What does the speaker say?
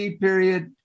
period